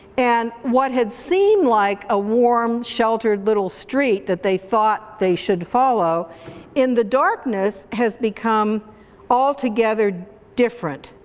and what had seemed like a warm sheltered little street that they thought they should follow in the darkness has become altogether different,